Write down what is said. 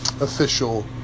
official